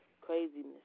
Craziness